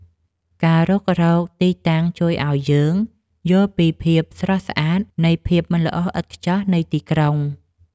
ការរុករកទីតាំងជួយឱ្យយើងយល់ពីភាពស្រស់ស្អាតនៃភាពមិនល្អឥតខ្ចោះនៃទីក្រុង។